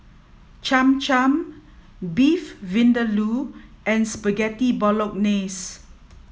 Cham Cham Beef Vindaloo and Spaghetti Bolognese